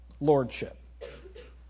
Lordship